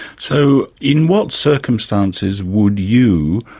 so, in what circumstances would you,